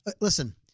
Listen